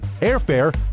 airfare